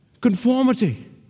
Conformity